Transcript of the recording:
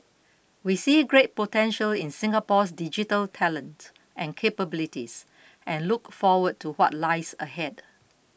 we see great potential in Singapore's digital talent and capabilities and look forward to what lies ahead